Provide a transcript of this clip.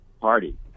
Party